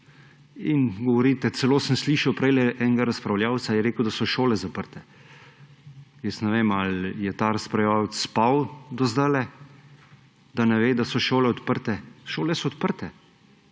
in govorite, sem slišal prejle enega razpravljavca, rekel je celo, da so šole zaprte. Jaz ne vem, ali je ta razpravljavec spal do zdajle, da ne ve, da so šole odprte. Šole so odprte.